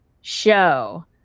show